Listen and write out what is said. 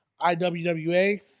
iwwa